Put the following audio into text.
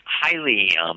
highly